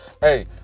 Hey